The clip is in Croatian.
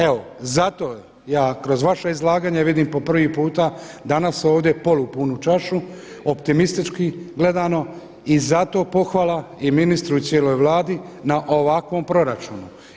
Evo zato ja kroz vaše izlaganje vidim po prvi puta danas ovdje polupunu čašu, optimistički gledano i zato pohvala i ministru i cijeloj Vladi na ovakvom proračunu.